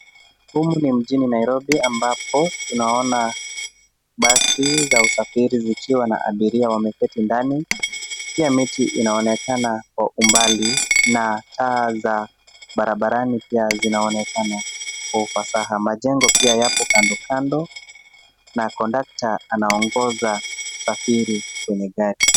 Humu ni mjini Nairobi ambapo tunaona basi za usafiri zikiwa na abiria wameketi ndani, pia miti inaonekana kwa umbali na taa za barabarani zinaonekana kwa ufasaha. Majengo pia yapo kando kando na conductor anaongoza usafiri kwenye gari.